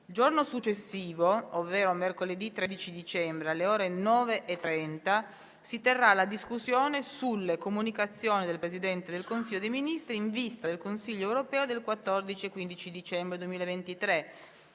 Il giorno successivo, ovvero mercoledì 13 dicembre, alle ore 9,30, si terrà la discussione sulle comunicazioni del Presidente del Consiglio dei ministri in vista del Consiglio europeo del 14 e15 dicembre 2023.